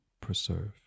preserve